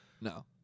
No